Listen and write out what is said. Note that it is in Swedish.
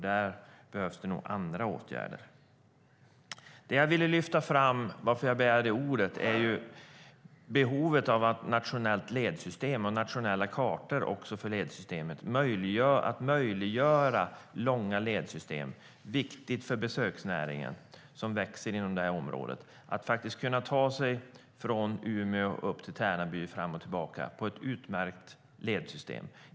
Där behövs nog andra åtgärder. Det jag ville lyfta fram är behovet av ett nationellt ledsystem och nationella kartor för ledsystemet. Att möjliggöra långa ledsystem är viktigt för besöksnäringen, som växer i det här området. Man ska kunna ta sig från Umeå till Tärnaby på ett utmärkt ledsystem.